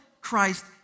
Christ